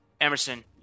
Emerson